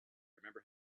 remember